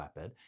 flatbed